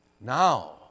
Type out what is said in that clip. Now